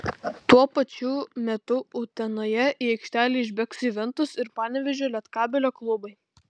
tuo pačiu metu utenoje į aikštelę išbėgs juventus ir panevėžio lietkabelio klubai